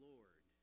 Lord